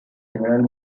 general